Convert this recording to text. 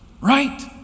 Right